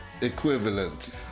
equivalent